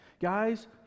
Guys